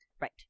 Right